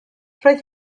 roedd